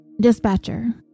Dispatcher